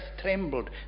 trembled